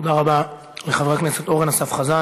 תודה רבה לחבר הכנסת אורן אסף חזן.